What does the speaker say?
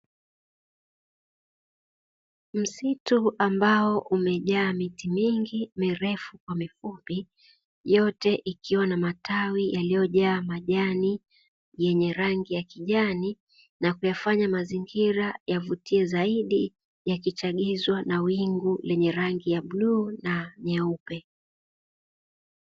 Msitu ambao umejaa miti mingi mirefu kwa mifupi yote ikiwa na matawi, yaliyojaa majani yenye rangi ya kijani na kuyafanya mazingira ya kuvutia zaidi ya kichagizwa na wingu lenye rangi ya bluu na nyeupe.